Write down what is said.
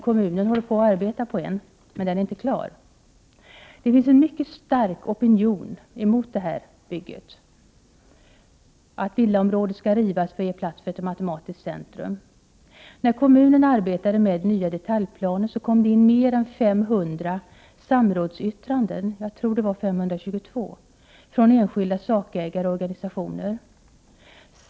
Kommunen håller på att arbeta med en, men den är inte klar. Det finns en mycket stark opinion emot det här bygget, att villaområdet skall rivas för att ge plats för ett matematiskt centrum. Medan kommunen arbetade med nya detaljplaner kom det in mer än 500 samrådsyttranden — jag tror att det var 522 — från enskilda sakägare och organisationer.